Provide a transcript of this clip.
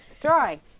drawing